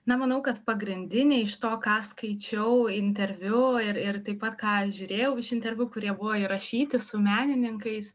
na manau kad pagrindiniai iš to ką skaičiau interviu ir ir taip pat ką žiūrėjau iš interviu kurie buvo įrašyti su menininkais